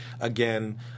again